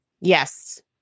Yes